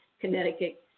Connecticut